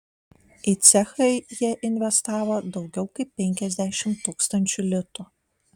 į cechą jie investavo daugiau kaip penkiasdešimt tūkstančių litų